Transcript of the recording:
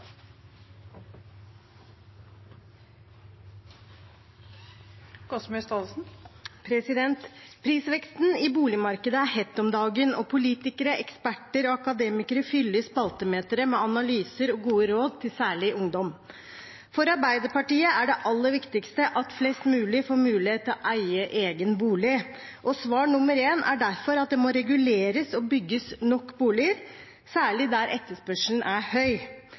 og politikere, eksperter og akademikere fyller spaltemeter med analyser og gode råd til særlig ungdom. For Arbeiderpartiet er det aller viktigste at flest mulig får mulighet til å eie egen bolig, og svar nummer én er derfor at det må reguleres og bygges nok boliger, særlig der etterspørselen er høy.